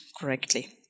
correctly